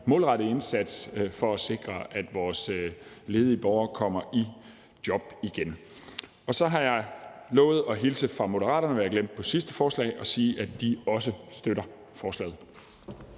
målrettet indsats for at sikre, at vores ledige borgere kommer i job igen. Så har jeg lovet at hilse fra Moderaterne, hvilket jeg glemte i forbindelse med det sidste forslag, og sige, at de også støtter forslaget.